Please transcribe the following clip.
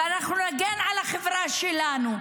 ואנחנו נגן על החברה שלנו,